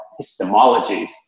epistemologies